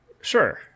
Sure